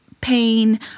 pain